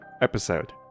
episode